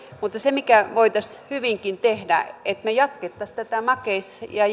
mutta se mikä voitaisiin hyvinkin tehdä on se että me jatkaisimme tätä makeis ja